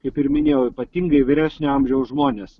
kaip ir minėjau ypatingai vyresnio amžiaus žmones